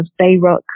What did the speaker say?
Bayrock